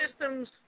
system's